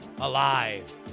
alive